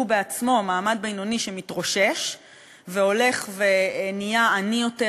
שהוא בעצמו מעמד בינוני שמתרושש והולך ונהיה עני יותר,